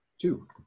two